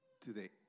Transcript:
today